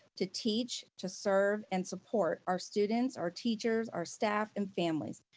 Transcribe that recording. to teach, to serve, and support our students, our teachers, our staff and families,